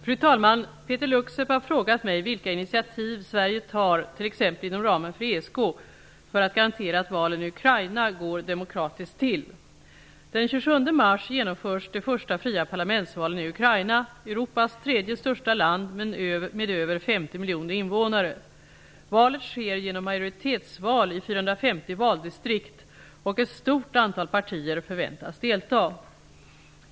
Fru talman! Peeter Luksep har frågat mig vilka initiativ Sverige tar, t.ex. inom ramen för ESK, för att garantera att valen i Ukraina går demokratiskt till. Den 27 mars genomförs de första fria parlamentsvalen i Ukraina -- Europas tredje största land, med över 50 miljoner invånare. Valet sker genom majoritetsval i 450 valdistrikt, och ett stort antal partier förväntas delta.